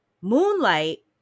moonlight